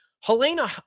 Helena